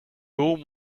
haut